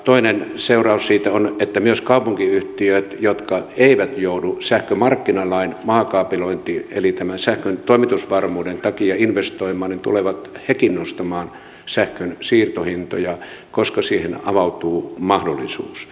toinen seuraus siitä on että myös kaupunkiyhtiöt jotka eivät joudu sähkömarkkinalain mukaiseen maakaapelointiin eli tämän sähkön toimitusvarmuuden takia investoimaan tulevat nekin nostamaan sähkön siirtohintoja koska siihen avautuu mahdollisuus